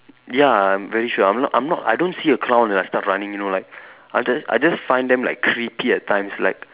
ya I'm very sure I'm not I'm not I don't see a clown and I start running you know like I just I just find them like creepy at times like